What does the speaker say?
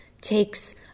takes